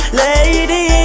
lady